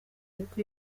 ariko